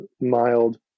mild